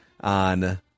on